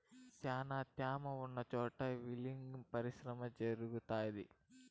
శ్యానా త్యామ ఉన్న చోట విల్టింగ్ ప్రక్రియ జరుగుతాది